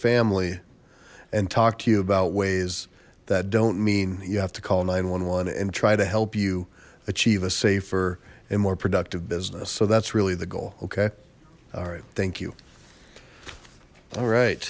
family and talk to you about ways that don't mean you have to call nine hundred and eleven and try to help you achieve a safer and more productive business so that's really the goal okay all right thank you all right